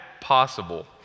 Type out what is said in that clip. possible